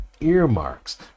earmarks